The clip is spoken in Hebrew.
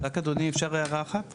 רק, אדוני, אם אפשר הערה אחת קצרה?